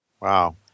Wow